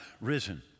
risen